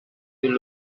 you